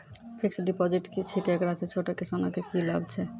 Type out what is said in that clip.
Fixed deposit की छिकै, एकरा से छोटो किसानों के की लाभ छै?